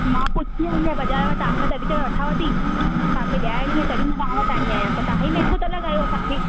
मां पुछी आई आहियां बाज़ारि में तव्हांखां तॾहिं त वठाव थी तव्हांखे ॾहनि में तॾहिं तव्हां वटि आई आहियां पर तव्हां ई महांगो था लॻायो असांखे